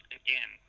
again